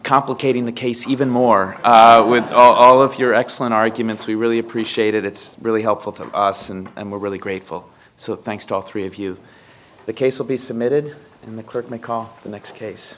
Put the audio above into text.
complicating the case even more with all of your excellent arguments we really appreciate it it's really helpful to us and we're really grateful so thanks to all three of you the case will be submitted in the curtain call the next case